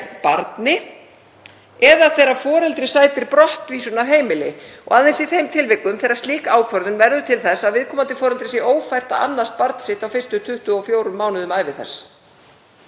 barni eða þegar foreldri sætir brottvísun af heimili og aðeins í þeim tilvikum þegar slík ákvörðun verður til þess að viðkomandi foreldri sé ófært að annast barn sitt á fyrstu 24 mánuðum ævi þess.